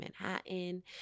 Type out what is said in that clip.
Manhattan